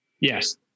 yes